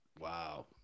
Wow